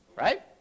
right